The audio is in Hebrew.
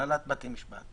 הנהלת בתי המשפט,